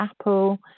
apple